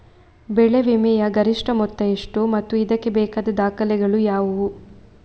ಬೆಳೆ ವಿಮೆಯ ಗರಿಷ್ಠ ಮೊತ್ತ ಎಷ್ಟು ಮತ್ತು ಇದಕ್ಕೆ ಬೇಕಾದ ದಾಖಲೆಗಳು ಯಾವುವು?